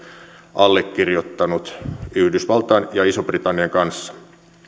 allekirjoittanut yhdysvaltain ja ison britannian kanssa